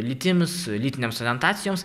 lytims lytinėms orientacijoms